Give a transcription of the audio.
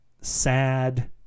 sad